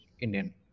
Indian